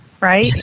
right